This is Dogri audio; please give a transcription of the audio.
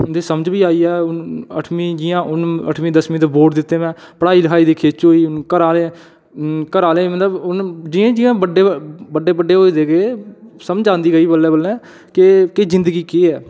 इन्नी समझ बी आई ऐ हून अठमीं जि'यां हून अठमीं दसमीं दा बोर्ड दित्ता दा ऐ पढाई लखाई दी खिच्च होई दी हून घरे आह्ले घरे आह्ले मतलब हून जियां जियां बड्डे बड्डे बड्डे होई दे ते समझ औंदी गेई बल्लें बल्लें कि जिंदगी केह् है